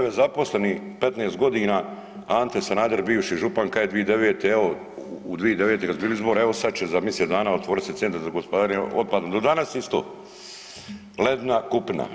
9 zaposlenih 15 godina Ante Sanader bivši župan kaže 2009. evo u 2009. kad su bili izbori evo sad će za misec dana otvorit se centar za gospodarenje otpadom, do danas isto, ledina, kupina.